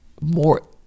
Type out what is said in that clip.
more